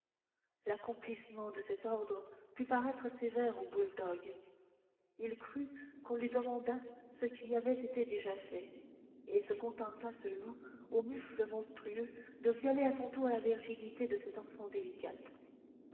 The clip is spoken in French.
l'accomplissement de cet ordre put paraître sévère au bouledogue il crut qu'on lui demanda ce qui avait été déjà fait et se contenta ce loup au mufle monstrueux de violer à son tour la virginité de cette enfant délicate